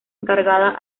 encargada